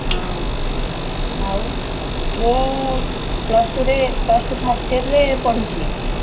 ହଁ ଆଉ ମୁଁ ପ୍ଲସ୍ ଟୁରେ ପ୍ଲସ୍ ଟୁ ଫାର୍ଷ୍ଟ୍ ଇୟର୍ରେ ପଢ଼ୁଛି